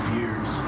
years